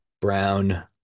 Brown